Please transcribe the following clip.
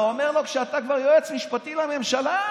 אתה אומר לו כשאתה כבר יועץ משפטי לממשלה.